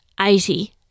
eighty